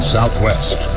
Southwest